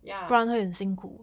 ya